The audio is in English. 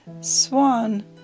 swan